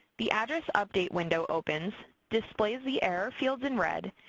the address update window opens, displays the error fields in red,